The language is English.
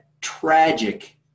tragic